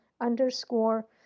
underscore